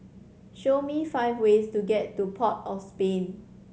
show me five ways to get to Port of Spain